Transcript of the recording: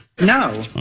No